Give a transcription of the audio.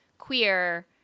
queer